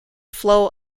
flow